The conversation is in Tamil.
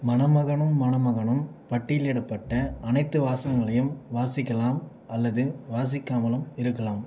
மணமகனும் மணமகளும் பட்டியலிடப்பட்ட அனைத்து வாசகங்களையும் வாசிக்கலாம் அல்லது வாசிக்காமலும் இருக்கலாம்